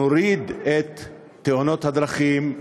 נוריד את תאונות הדרכים,